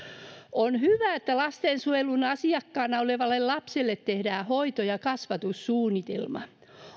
on hyvä että lastensuojelun asiakkaana olevalle lapselle tehdään hoito ja kasvatussuunnitelma